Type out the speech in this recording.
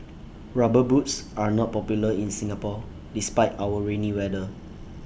rubber boots are not popular in Singapore despite our rainy weather